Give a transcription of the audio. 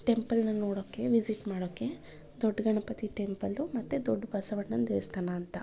ಟೆಂಪಲ್ನ ನೋಡೋಕೆ ವಿಸಿಟ್ ಮಾಡೋಕೆ ದೊಡ್ಡ ಗಣಪತಿ ಟೆಂಪಲ್ಲು ಮತ್ತೆ ದೊಡ್ಡ ಬಸವಣ್ಣನ ದೇವಸ್ಥಾನ ಅಂತ